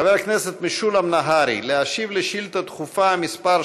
חבר הכנסת משולם נהרי, להשיב על שאילתה דחופה מס'